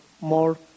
more